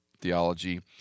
Theology